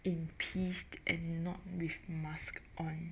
in peace and not with mask on